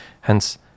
Hence